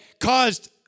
caused